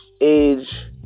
age